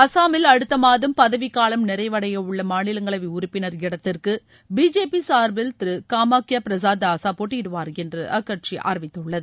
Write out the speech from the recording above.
அசாமில் அடுத்த மாதம் பதவிக்காலம் நிறைவடைய உள்ள மாநிலங்களவை உறுப்பினர் இடத்திற்கு பிஜேபி சார்பில் திரு காமாக்கியா பிரசாத் தாசா போட்டியிடுவார் என்று அக்கட்சி அறிவித்துள்ளது